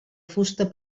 fusta